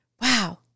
wow